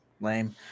Lame